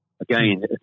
Again